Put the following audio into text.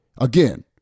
Again